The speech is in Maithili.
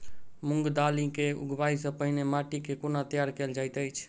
मूंग दालि केँ उगबाई सँ पहिने माटि केँ कोना तैयार कैल जाइत अछि?